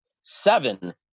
seven